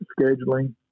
scheduling